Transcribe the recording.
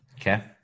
Okay